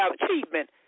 achievement